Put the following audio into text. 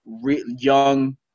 young